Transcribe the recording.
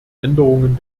änderungen